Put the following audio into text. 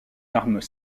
armes